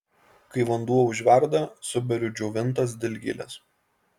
kai vanduo užverda suberiu džiovintas dilgėles